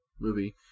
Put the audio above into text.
movie